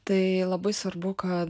tai labai svarbu kad